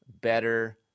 better